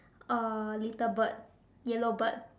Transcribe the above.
uh little bird yellow bird